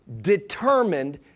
determined